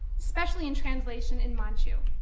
especially in translation in manchu.